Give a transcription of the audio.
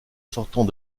sortant